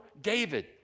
David